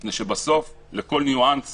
מפני שבסוף לכל ניואנס